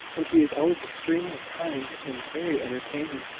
and he is always extremely kind and very entertaining.